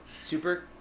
Super